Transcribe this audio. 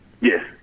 Yes